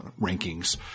rankings